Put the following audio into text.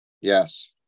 Yes